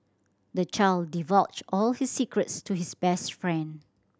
the child divulged all his secrets to his best friend